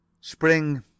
Spring